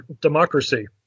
democracy